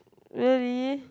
really